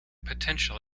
potential